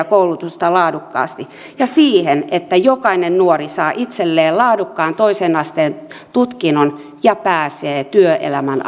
koulutusta laadukkaasti ja siihen että jokainen nuori saa itselleen laadukkaan toisen asteen tutkinnon ja pääsee työelämän